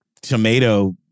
tomato